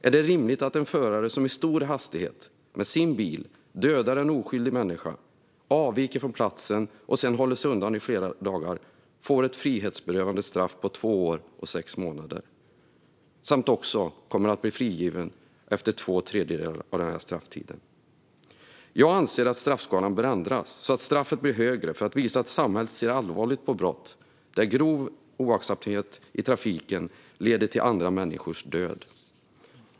Är det rimligt att en förare som i stor hastighet med sin bil dödar en oskyldig människa, avviker från platsen och sedan håller sig undan i flera dagar får ett frihetsberövande straff på två år och sex månader? Han kommer också att bli frigiven efter två tredjedelar av den strafftiden. Jag anser att straffskalan bör ändras så att straffet blir högre för att visa att samhället ser allvarligt på brott där grov oaktsamhet i trafiken leder till andra människors död.